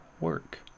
work